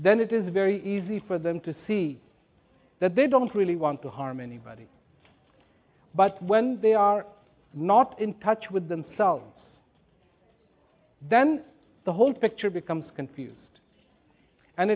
then it is very easy for them to see that they don't really want to harm anybody but when they are not in touch with themselves then the whole picture becomes confused and